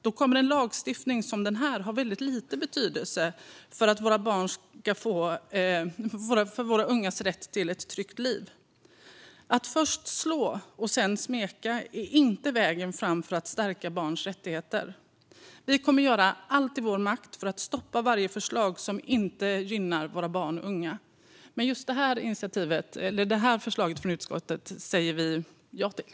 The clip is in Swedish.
Då kommer en lagstiftning som denna att ha väldigt liten betydelse för våra ungas rätt till ett tryggt liv. Att först slå och sedan smeka är inte vägen framåt för att stärka barns rättigheter. Vi kommer att göra allt i vår makt för att stoppa varje förslag som inte gynnar barn och unga, men just detta förslag från utskottet säger vi ja till.